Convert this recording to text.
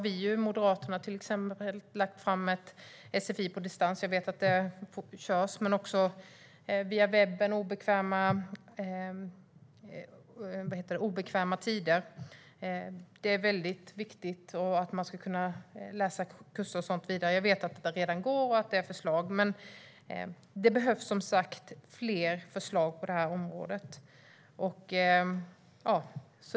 Vi i Moderaterna har till exempel lagt fram ett förslag om sfi på distans. Jag vet att det sker. Men det handlar också om undervisning via webben och på obekväma tider. Det är väldigt viktigt. Man ska kunna läsa kurser och gå vidare. Jag vet att det där redan går och att det är förslag. Men det behövs som sagt fler förslag på det här området.